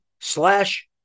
slash